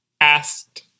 asked